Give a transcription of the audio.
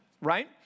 right